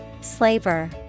Slaver